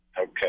Okay